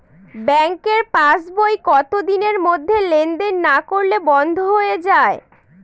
ব্যাঙ্কের পাস বই কত দিনের মধ্যে লেন দেন না করলে বন্ধ হয়ে য়ায়?